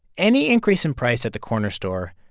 any increase in price at the corner store,